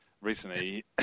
Recently